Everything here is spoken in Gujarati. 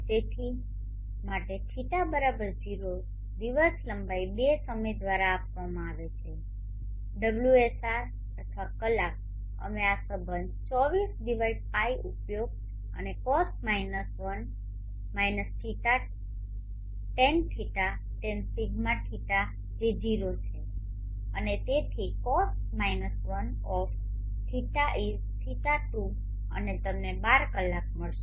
તેથી માટે ϕ0 દિવસ લંબાઈ 2 સમય દ્વારાઆપવામાંઆવે છે ωsr અથવા કલાક અમે આ સંબંધ 24π ઉપયોગ અને cos 1 tan ϕ tan δ ϕ જે 0 છે અને તેથી cos 1 of ϕ is π2 અને તમને 12 કલાક મળશે